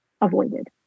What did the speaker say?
avoided